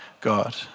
God